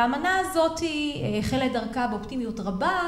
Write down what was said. האמנה הזאתי החלה את דרכה באופטימיות רבה,